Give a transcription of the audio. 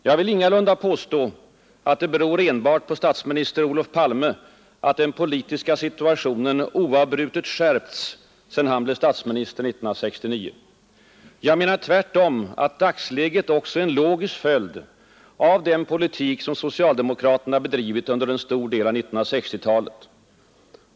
Jag vill ingalunda påstå att det beror enbart på statsminister Olof Palme att den politiska situationen oavbrutet skärpts sedan han blev statsminister 1969. Jag menar tvärtom att dagsläget också är en logisk följd av den politik som socialdemokraterna bedrivit under en stor del av 1960-talet.